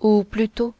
ou plutôt